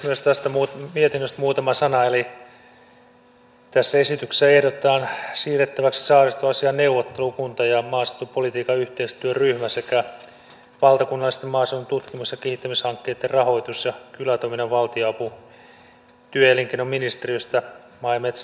myös tästä mietinnöstä muutama sana eli tässä esityksessä ehdotetaan siirrettäväksi saaristoasiain neuvottelukunta ja maaseutupolitiikan yhteistyöryhmä sekä valtakunnallisten maaseudun tutkimus ja kehittämishankkeitten rahoitus ja kylätoiminnan valtionapu työ ja elinkeinoministeriöstä maa ja metsätalousministeriöön